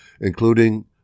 including